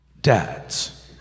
Dads